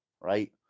right